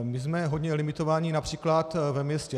My jsme hodně limitováni například ve městě.